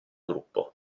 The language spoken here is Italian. gruppo